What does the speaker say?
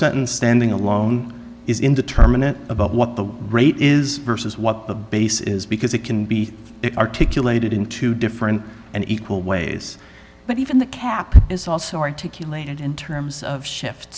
sentence standing alone is indeterminate about what the rate is versus what the base is because it can be articulated in two different and equal ways but even the cap is also articulated in terms of shift